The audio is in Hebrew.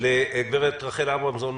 לגברת רחל אברמזון,